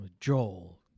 Joel